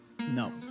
No